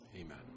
Amen